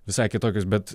visai kitokios bet